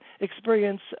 experience